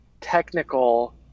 technical